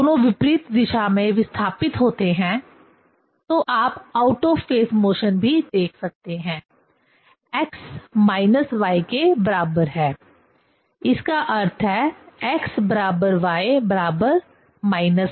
जब ये दोनों विपरीत दिशा में विस्थापित होते हैं तो आप आउट ऑफ फेज मोशन भी देख सकते हैं x y का अर्थ है x y a